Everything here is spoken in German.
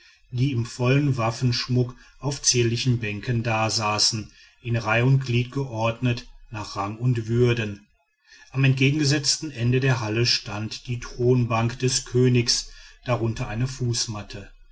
die im vollen waffenschmuck auf zierlichen bänken dasaßen in reih und glied geordnet nach rang und würden am entgegengesetzten ende der halle stand die thronbank des königs darunter eine fußmatte